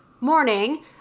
morning